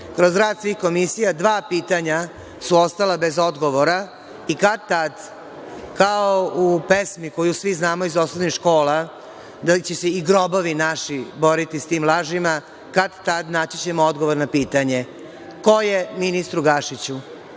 kroz rad svih komisija dva pitanja su ostala bez odgovora i kad tad, kao u pesmi koju svi znamo iz osnovnih škola, da će se i grobovi naši boriti s tim lažima, naći ćemo odgovor na pitanje ko je ministru Gašiću